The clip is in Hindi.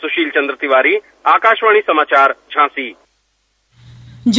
सुशील चंद्र तिवारी आकाशवाणी समाचार लखनऊ